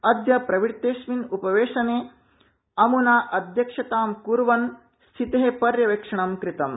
सद्य प्रवृतेऽस्मिन् उपवेशने अम्ना अध्यक्षतां क्वन् स्थिते पर्यवेक्षणं कृतम्